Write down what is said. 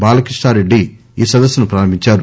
బాలకిష్టా రెడ్డి ఈ సదస్సును ప్రారంభించారు